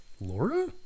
Laura